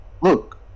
look